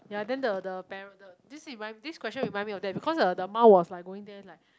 ya then the the parent the this remind this question remind me of them because the mum was going there like